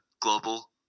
global